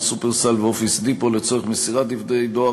"שופרסל" ו"אופיס דיפו" לצורך מסירת דברי דואר,